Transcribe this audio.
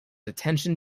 attention